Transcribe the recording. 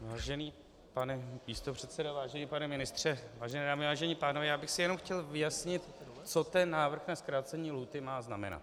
Vážený pane místopředsedo, vážený pane ministře, vážené dámy, vážení pánové, já bych si jenom chtěl vyjasnit, co ten návrh na zkrácení lhůty má znamenat.